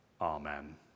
Amen